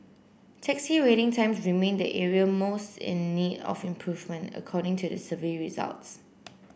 taxi waiting times remained the area most in need of improvement according to the survey results